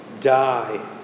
die